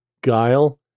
guile